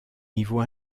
niveau